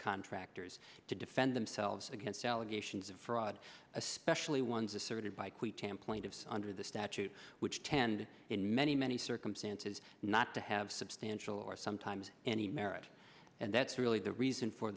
contractors to defend themselves against allegations of fraud especially ones asserted bike we can point of under the statute which tend in many many circumstances not to have substantial or sometimes any merit and that's really the reason for